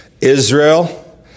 Israel